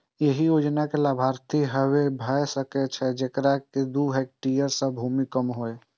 एहि योजनाक लाभार्थी वैह भए सकै छै, जेकरा दू हेक्टेयर सं कम भूमि होय